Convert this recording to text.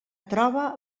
troba